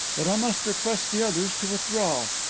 but i must request the others to withdraw.